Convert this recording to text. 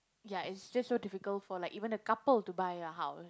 ya it's just so difficult for like even a couple to buy a house